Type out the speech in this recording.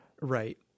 Right